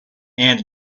and